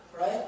right